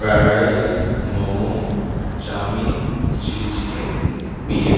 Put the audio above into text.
fried rice momo chowmein chilli chicken biryani